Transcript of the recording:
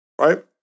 right